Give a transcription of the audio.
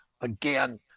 again